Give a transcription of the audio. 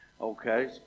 Okay